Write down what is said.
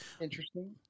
Interesting